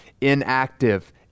inactive